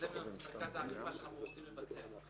מרכז האכיפה שאנחנו רוצים לבצע.